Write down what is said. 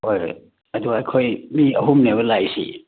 ꯍꯣꯏ ꯍꯣꯏ ꯑꯗꯨ ꯑꯩꯈꯣꯏ ꯃꯤ ꯑꯍꯨꯝꯅꯦꯕ ꯂꯥꯛꯏꯁꯤ